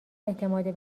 اعتماد